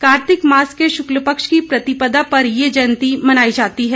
कार्तिक मास के शुक्ल पक्ष की प्रतिपदा पर ये जयंती मनाई जाती है